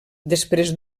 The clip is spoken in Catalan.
després